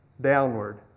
downward